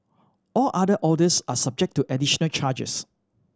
all other orders are subject to additional charges